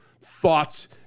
thoughts